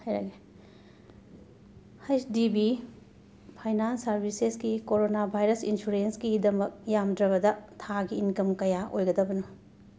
ꯍꯥꯏꯔꯛꯑꯒꯦ H D B finance ꯁꯥꯔꯚꯤꯁꯦꯁꯀꯤ corona virus ꯏꯟꯁꯨꯔꯦꯟꯁꯀꯤꯗꯃꯛ ꯌꯥꯝꯗ꯭ꯔꯕꯗ ꯊꯥꯒꯤ ꯏꯟꯀꯝ ꯀꯌꯥ ꯑꯣꯏꯒꯗꯕꯅꯣ